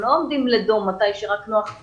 הם לא עומדים דום כשנוח לרשות המקומית.